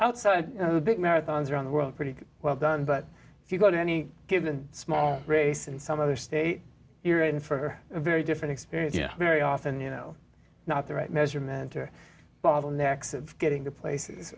outside of the big marathons around the world pretty well done but if you go to any given small race in some other state you're in for a very different experience you know very often you know not the right measurement or bottlenecks of getting to places